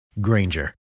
Granger